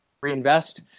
reinvest